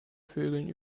vögeln